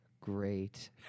great